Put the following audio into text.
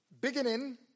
beginning